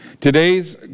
Today's